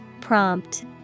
Prompt